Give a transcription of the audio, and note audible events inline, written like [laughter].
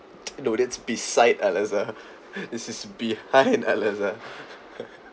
[noise] no that's beside al azhar [laughs] this is behind al azhar [laughs]